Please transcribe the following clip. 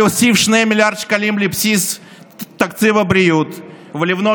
להוסיף 2 מיליארד שקלים לבסיס תקציב הבריאות ולבנות